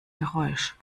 geräusch